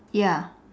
ya